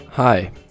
Hi